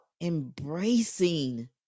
embracing